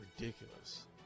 ridiculous